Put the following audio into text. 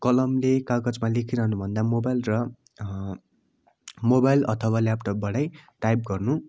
कलमले कागजमा लेखिरहनुभन्दा मोबाइल र मोबाइल अथवा ल्यापटपबाटै टाइप गर्नु